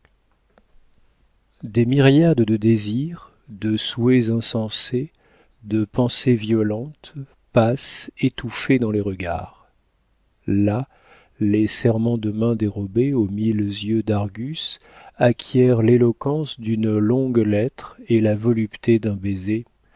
des myriades de désirs de souhaits insensés de pensées violentes passent étouffés dans les regards là les serrements de main dérobés aux mille yeux d'argus acquièrent l'éloquence d'une longue lettre et la volupté d'un baiser